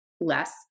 less